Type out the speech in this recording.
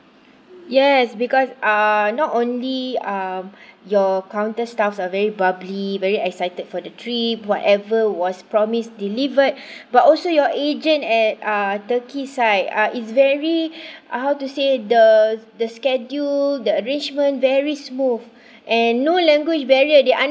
yes because uh not only um your counter staffs are very bubbly very excited for the trip whatever was promised delivered but also your agent at uh turkey side uh is very how to say the the schedule the arrangement very smooth and no language barrier